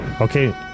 Okay